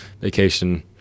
vacation